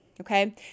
okay